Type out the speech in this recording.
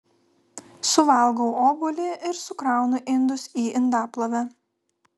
suvalgau obuolį ir sukraunu indus į indaplovę